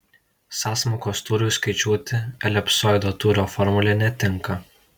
sąsmaukos tūriui skaičiuoti elipsoido tūrio formulė netinka